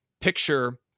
picture